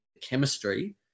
chemistry